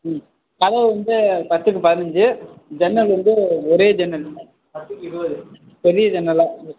ம் கதவு வந்து பத்துக்கு பதினஞ்சி ஜன்னல் வந்து ஒரே ஜன்னல் பத்துக்கு இருபது பெரிய ஜன்னலாக